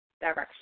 direction